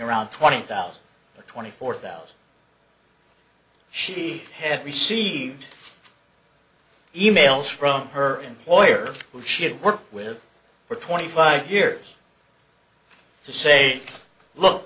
around twenty thousand twenty four thousand she had received e mails from her employer who she had worked with for twenty five years to say look